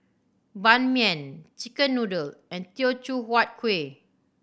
Ban Mian chicken noodle and Teochew Huat Kueh